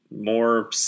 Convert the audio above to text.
More